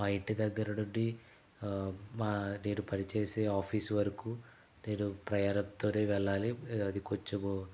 మా ఇంటి దగ్గర నుండి మా నేను పనిచేసే ఆఫీసు వరకు నేను ప్రయాణంతోనే వెళ్లాలి అది కొంచెము